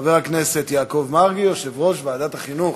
חבר הכנסת יעקב מרגי, יושב-ראש ועדת החינוך.